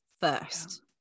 first